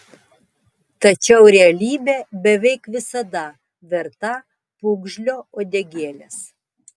tačiau realybė beveik visada verta pūgžlio uodegėlės